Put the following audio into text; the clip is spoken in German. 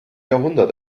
jahrhundert